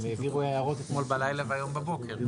הם העבירו הערות אתמול בלילה והיום בבוקר,